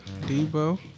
Debo